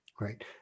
Right